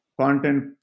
content